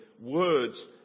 words